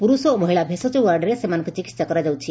ପୁରୁଷ ଓ ମହିଳା ଭେଷଜ ୱାର୍ଡରେ ସେମାନଙ୍କର ଚିକିହା କରାଯାଉଛି